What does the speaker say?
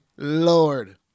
Lord